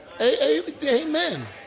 Amen